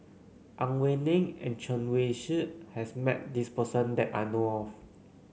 Ang Wei Neng and Chen Wen Hsi has met this person that I know of